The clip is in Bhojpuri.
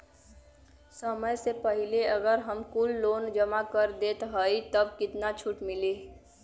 समय से पहिले अगर हम कुल लोन जमा कर देत हई तब कितना छूट मिली?